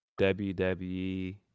WWE